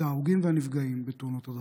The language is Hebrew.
את ההרוגים והנפגעים בתאונות הדרכים.